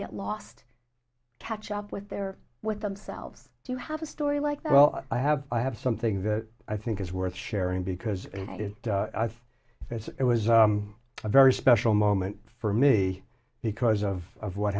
get lost catch up with their with themselves do you have a story like well i have i have something that i think is worth sharing because i think as it was a very special moment for me because of what